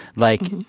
like,